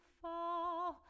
fall